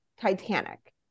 Titanic